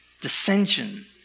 dissension